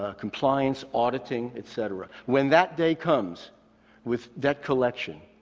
ah compliance, auditing, et cetera. when that day comes with debt collection,